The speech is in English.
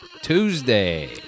Tuesday